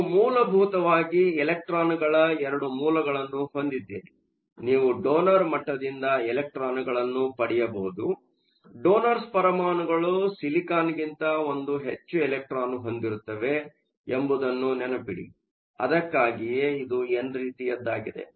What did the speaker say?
ನೀವು ಮೂಲಭೂತವಾಗಿ ಎಲೆಕ್ಟ್ರಾನ್ಗಳ 2 ಮೂಲಗಳನ್ನು ಹೊಂದಿದ್ದೀರಿ ನೀವು ಡೊನರ್ ಮಟ್ಟದಿಂದ ಎಲೆಕ್ಟ್ರಾನ್ಗಳನ್ನು ಪಡೆಯಬಹುದು ಡೊನರ್ಸ್ ಪರಮಾಣುಗಳು ಸಿಲಿಕಾನ್ಗಿಂತ 1 ಹೆಚ್ಚು ಎಲೆಕ್ಟ್ರಾನ್ ಹೊಂದಿರುತ್ತವೆ ಎಂಬುದನ್ನು ನೆನಪಿಡಿ ಅದಕ್ಕಾಗಿಯೇ ಇದು ಎನ್ ರೀತಿಯದ್ದಾಗಿದೆ